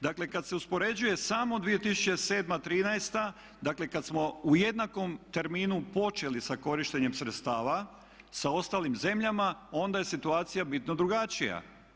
Dakle, kad se uspoređuje samo 2007., trinaesta, dakle kad smo u jednakom terminu počeli sa korištenjem sredstava sa ostalim zemljama, onda je situacija bitno drugačija.